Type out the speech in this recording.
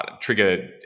trigger